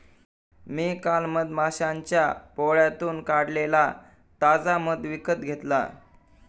मी काल मधमाश्यांच्या पोळ्यातून काढलेला ताजा मध विकत घेतला